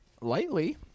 Lightly